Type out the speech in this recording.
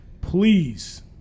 Please